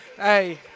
hey